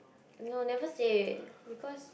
no never say because